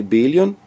billion